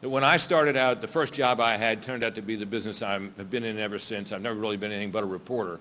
that when i started out the first job i had turned out to be the business i've been in ever since. i've never really been anything but a reporter,